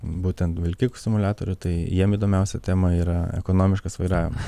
būtent vilkikų simuliatorių tai jiem įdomiausia tema yra ekonomiškas vairavimas